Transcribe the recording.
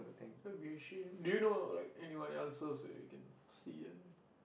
would be a shame do you like anyone else so we can see and